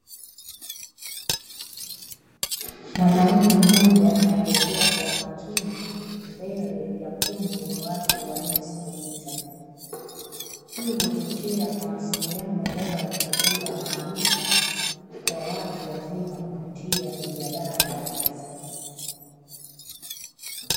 Mwanaume mmoja anaelezea kwa umakini mbele ya kundi la watu waliomsikiliza, hii inachochea mawasiliano bora na kukuza maarifa kwa watu wazima kupitia mijadala ya wazi.